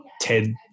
TED